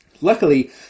Luckily